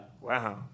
Wow